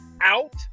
out